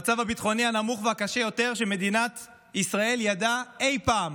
המצב הביטחוני הקשה ביותר שמדינת ישראל ידעה אי פעם.